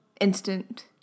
instant